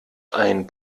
ein